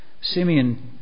Simeon